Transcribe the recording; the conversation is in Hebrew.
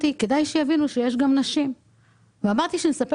הבנתי שכדאי שיבינו שיש גם נשים בתפקיד ושאני אספר